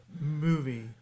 movie